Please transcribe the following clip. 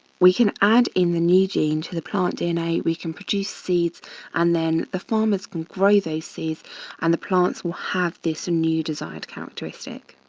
we can add in the new gene to the plant dna, we can produce seeds and then the farmers can grow those seeds and the plants will have this a new desired characteristic.